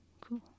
Cool